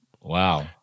Wow